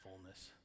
fullness